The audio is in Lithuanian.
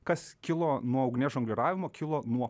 kas kilo nuo ugnies žongliravimo kilo nuo